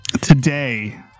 Today